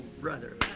brother